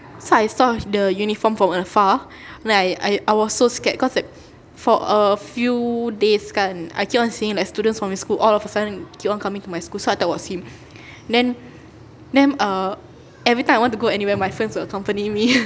so I saw the uniform from afar then I I I was so scared cause like for a few days kan I keep on seeing like students from his school all of a sudden keep on coming to my school so I thought it was him then then err everytime I want to go anyway my friends will accompany me